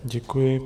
Děkuji.